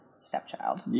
stepchild